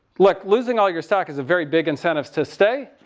look, losing all your stock is a very big incentive to stay.